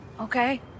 Okay